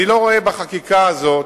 אני לא רואה בחקיקה הזאת